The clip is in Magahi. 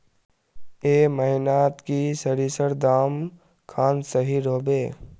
ए महीनात की सरिसर दाम खान सही रोहवे?